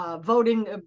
voting